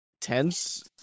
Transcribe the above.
tense